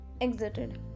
Exited